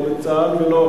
לא בצה"ל ולא,